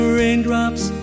raindrops